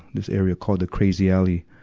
this area called the crazy alley,